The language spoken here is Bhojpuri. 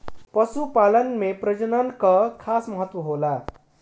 पशुपालन में प्रजनन कअ खास महत्व होला